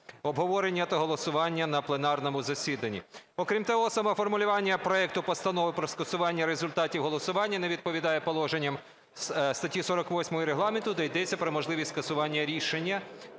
обговорення та голосування на пленарному засіданні. Окрім того, саме формулювання проекту Постанови про скасування результатів голосування не відповідає положенням статті 48 Регламенту, де йдеться про можливість скасування рішення,